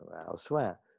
elsewhere